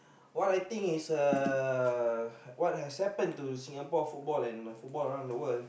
what I think is uh what has happened to Singapore football and football around the world